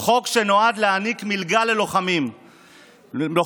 חוק שנועד להעניק מלגה ללוחמים משוחררים